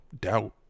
Doubt